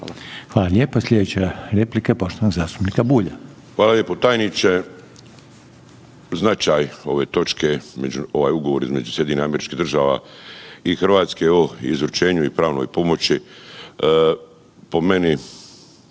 Hvala lijepa. Slijedeća replika je poštovanog zastupnika Bulja. **Bulj, Miro (MOST)** Hvala lijepo. Tajniče značaj ove točke, ovaj ugovor između SAD-a i Hrvatske o izručenju i pravnoj pomoći po meni